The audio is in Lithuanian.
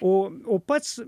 o o pats